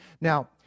Now